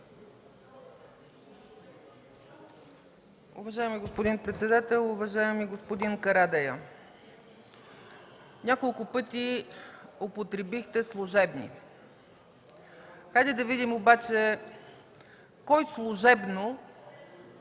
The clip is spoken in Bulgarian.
Уважаеми господин председател! Уважаеми господин Карадайъ, няколко пъти употребихте „служебно”. Хайде да видим обаче кой „служебно”